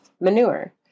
manure